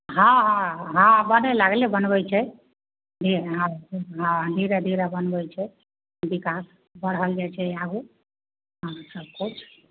हँ हँ हँ बने लागलै बनै छै हँ हँ धीरे धीरे बनबै छै बिकास बढ़ल जाय छै आगू सब किछु